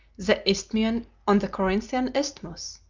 the isthmian on the corinthian isthmus,